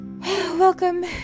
Welcome